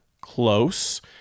close